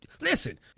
listen